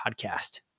podcast